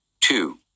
Two